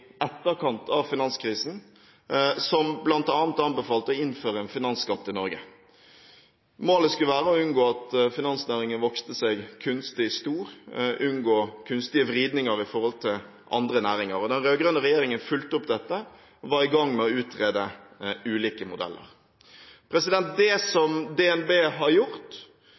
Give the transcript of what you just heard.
etterkant av finanskrisen, som bl.a. anbefalte å innføre en finansskatt i Norge. Målet skulle være å unngå at finansnæringen vokste seg kunstig stor og unngå kunstige vridninger i forhold til andre næringer. Den rød-grønne regjeringen fulgte opp dette og var i gang med å utrede ulike modeller. Det som DNB har gjort